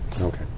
Okay